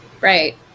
Right